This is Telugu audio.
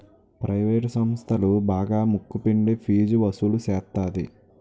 ప్రవేటు సంస్థలు బాగా ముక్కు పిండి ఫీజు వసులు సేత్తది